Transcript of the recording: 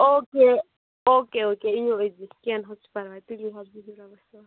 او کے okay okay أنِو أزی کیٚنٛہہ نہَ حظ چھُ پرواے تُلِو حظ بِہِو رۅبَس حَوال